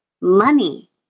money